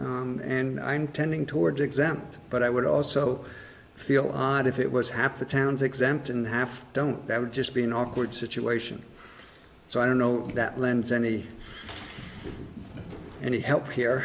and i'm tending towards example but i would also feel odd if it was half the town's exempt and half don't that would just be an awkward situation so i don't know that lends any any help here